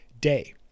day